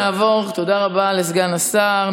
תודה רבה לסגן השר.